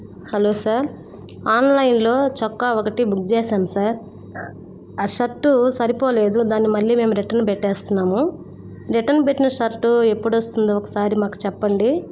hello sir ఆన్లైన్లో చొక్కా ఒకటి బుక్ చేసాను సార్ ఆ షర్టు సరిపోలేదు దాన్ని మళ్ళీ మేము రిటర్న్ పెట్టేస్తున్నాము రిటర్న్ పెట్టిన షర్టు ఎప్పుడు వస్తుందో ఒకసారి మాకు చెప్పండి